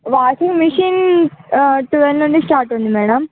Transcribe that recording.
washing machine ఆ twelve నుండి start ఉంది మేడం